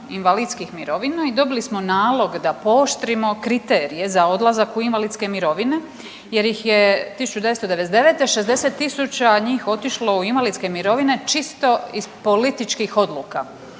i dobili smo nalog da pooštrimo kriterije za odlazak u invalidske mirovine jer ih je 1999. 60 000 njih otišlo u invalidske mirovine čisto iz političkih odluka.